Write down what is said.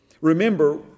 Remember